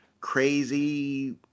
crazy